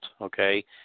Okay